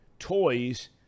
Toys